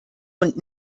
und